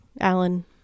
Alan